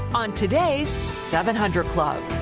on today's seven hundred club.